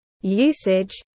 usage